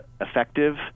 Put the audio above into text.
effective